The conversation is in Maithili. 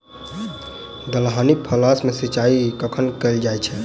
दलहनी फसल मे सिंचाई कखन कैल जाय छै?